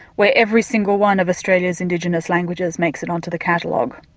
where every single one of australia's indigenous languages makes it onto the catalogue.